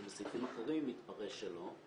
אז בסעיפים אחרים יתפרש שלא.